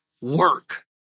work